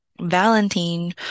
Valentine